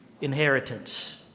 Inheritance